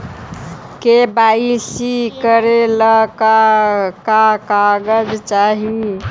KYC करे ला का का कागजात चाही?